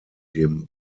dem